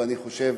ואני חושב